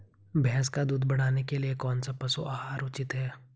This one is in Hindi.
भैंस का दूध बढ़ाने के लिए कौनसा पशु आहार उचित है?